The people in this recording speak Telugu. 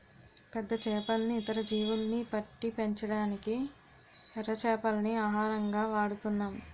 పెద్ద చేపల్ని, ఇతర జీవుల్ని పట్టి పెంచడానికి ఎర చేపల్ని ఆహారంగా వాడుతున్నాం